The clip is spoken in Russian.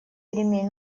перемен